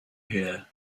here